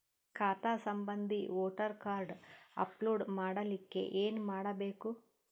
ಖಾತಾ ಸಂಬಂಧಿ voter card upload ಮಾಡಲಿಕ್ಕೆ ಏನ ಮಾಡಬೇಕು?